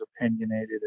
opinionated